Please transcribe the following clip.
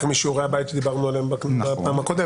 משיעורי הבית עליהם דיברנו בפעם הקודמת.